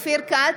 אופיר כץ,